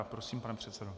Prosím, pane předsedo.